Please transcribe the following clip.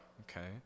okay